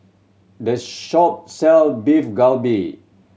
the shop sell Beef Galbi